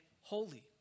holy